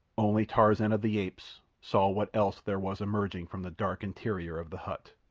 only tarzan of the apes saw what else there was emerging from the dark interior of the hut.